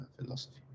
philosophy